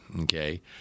Okay